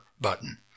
button